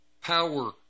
power